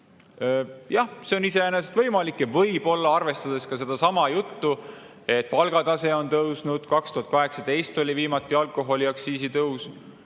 Jah, see on iseenesest võimalik ja võib-olla, arvestades ka sedasama juttu, et palgatase on tõusnud, 2018 oli viimati alkoholiaktsiisi tõus,